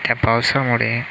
त्या पावसामुळे